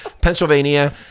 Pennsylvania